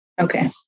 Okay